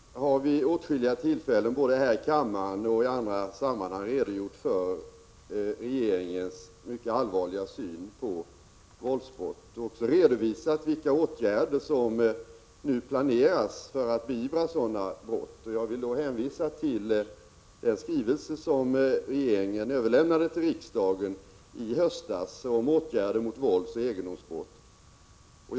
Fru talman! Jag har vid åtskilliga tillfällen, både här i kammaren och i andra sammanhang, redogjort för regeringens mycket allvarliga syn på våldsbrott och också redovisat vilka åtgärder som nu planeras för att beivra sådana brott. Jag vill hänvisa till den skrivelse som regeringen överlämnade till riksdagen i höstas om åtgärder mot våldsoch egendomsbrott.